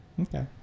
Okay